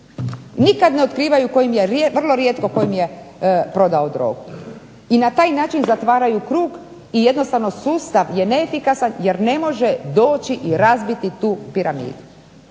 Nikad ne otkrivaju, vrlo rijetko, tko im je prodao drogu i na taj način zatvaraju krug i jednostavno sustav neefikasan jer ne može doći i razbiti tu piramidu.